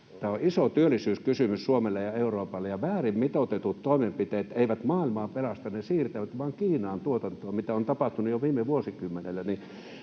Tämä on iso työllisyyskysymys Suomelle ja Euroopalle. Väärin mitoitetut toimenpiteet eivät maailmaa pelasta, ne vain siirtävät Kiinaan tuotantoa, mitä on tapahtunut jo viime vuosikymmenellä.